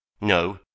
No